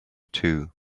too